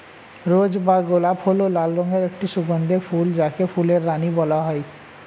রোজ বা গোলাপ হল লাল রঙের একটি সুগন্ধি ফুল যাকে ফুলের রানী বলা হয়